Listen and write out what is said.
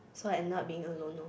so I ended up being alone lor